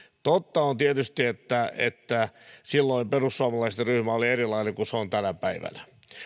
totta on tietysti että että silloin perussuomalaisten ryhmä oli erilainen kuin se on tänä päivänä